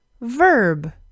verb